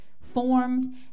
formed